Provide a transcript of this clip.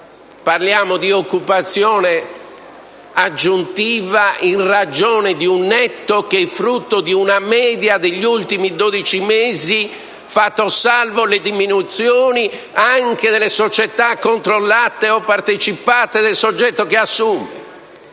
Parliamo di occupazione aggiuntiva in ragione di un netto che è frutto di una media degli ultimi 12 mesi, fatte salve le diminuzioni anche delle società controllate o partecipate del soggetto che ha assunto.